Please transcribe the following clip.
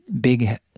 big